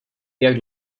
jak